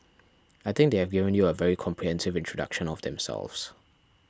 I think they have given you a very comprehensive introduction of themselves